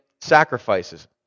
sacrifices